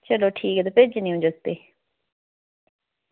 चलो ठीक ऐ तां भेजनी आं जगतै ई